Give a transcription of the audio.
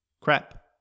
crap